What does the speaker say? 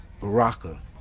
Baraka